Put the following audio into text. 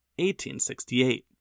1868